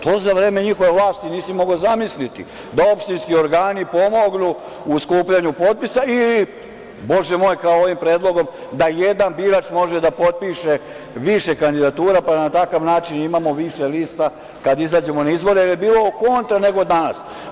To za vreme njihove vlasti nisi mogao zamisliti, da opštinski organi pomognu u skupljanju potpisa ili, bože moj, kao ovim predlogom da jedan birač može da potpiše više kandidatura, pa na takav način imamo više lista kada izađemo na izbore, jer je bilo kontra nego danas.